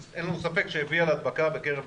הביאה להדבקה בקרב